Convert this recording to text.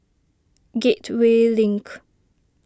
Gateway Link